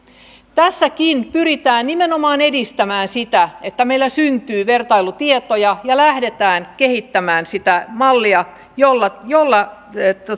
tässäkin pyritään nimenomaan edistämään sitä että meillä syntyy vertailutietoja ja lähdetään kehittämään sitä mallia jolla jolla